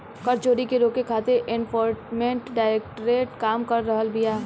कर चोरी के रोके खातिर एनफोर्समेंट डायरेक्टरेट काम कर रहल बिया